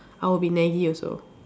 I will be naggy also